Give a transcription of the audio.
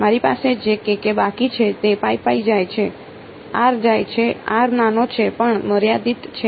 મારી પાસે જે k k બાકી છે તે જાય છે r જાય છે r નાનો છે પણ મર્યાદિત છે